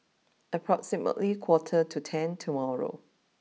approximately quarter to ten tomorrow